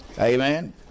Amen